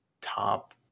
top